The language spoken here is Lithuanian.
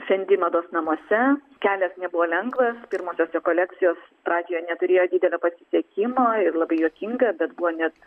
fendi mados namuose kelias nebuvo lengva pirmosios jo kolekcijos pradžioje neturėjo didelio pasisekimo ir labai juokinga bet buvo net